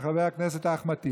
של חבר הכנסת אחמד טיבי.